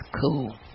Cool